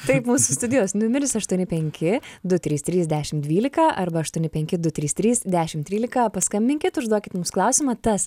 taip mūsų studijos numeris aštuoni penki du trys trys dešim dvylika arba aštuoni penki du trys trys dešim trylika paskambinkit užduokit mums klausimą tas